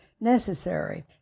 necessary